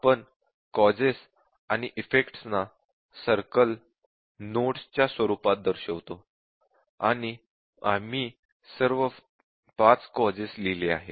आपण कॉजेस आणि इफेक्टस ना सर्कल नोड्स च्या स्वरूपात दर्शवतो आणि आम्ही सर्व 5 कॉजेस लिहिले आहेत